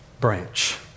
branch